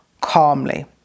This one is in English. calmly